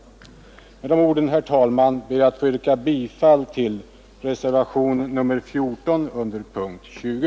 Med dessa ord, herr talman, ber jag att få yrka bifall till reservationen 14 vid punkten 20.